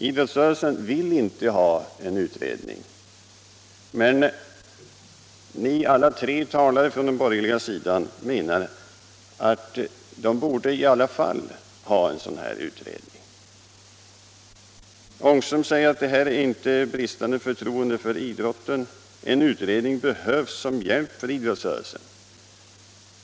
Idrottsrörelsen vill inte ha en utredning, men ni alla tre talare från den borgerliga sidan menar att utredningen ändå borde ske. Herr Ångström säger att det inte är fråga om bristande förtroende för idrottsrörelsen. Men den behöver en utredning som hjälp, anser herr Ångström.